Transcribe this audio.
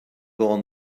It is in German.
gar